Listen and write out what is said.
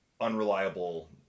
unreliable